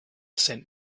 sent